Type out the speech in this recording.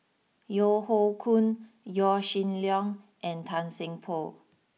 Yeo Hoe Koon Yaw Shin Leong and Tan Seng Poh